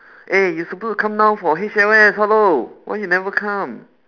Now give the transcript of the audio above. eh you supposed to come down for H_L_S hello why you never come